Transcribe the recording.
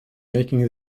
making